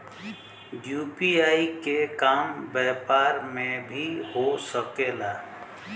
UPI के काम व्यापार में भी हो सके ला?